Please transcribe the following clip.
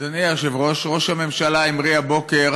אדוני היושב-ראש, ראש הממשלה המריא הבוקר